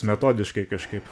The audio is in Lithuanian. metodiškai kažkaip